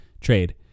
trade